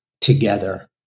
together